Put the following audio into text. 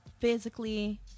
physically